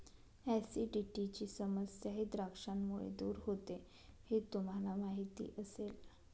ऍसिडिटीची समस्याही द्राक्षांमुळे दूर होते हे तुम्हाला माहिती असेल